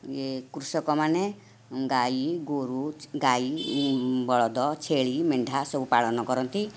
ଇଏ କୃଷକ ମାନେ ଗାଈ ଗୋରୁ ଗାଈ ବଳଦ ଛେଳି ମେଣ୍ଢା ସବୁ ପାଳନ କରନ୍ତି